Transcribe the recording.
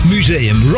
Museum